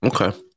Okay